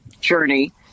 journey